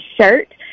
shirt